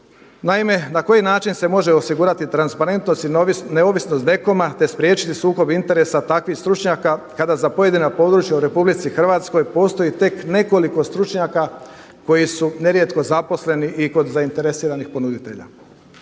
Naime, na koji način se može osigurati transparentnost i neovisnosti DKOM-a te spriječiti sukob interesa takvih stručnjaka kada za pojedina područja u Republici Hrvatskoj postoji tek nekoliko stručnjaka koji su nerijetko zaposleni i kod zainteresiranih ponuditelja?